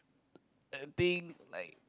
I think like